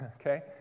Okay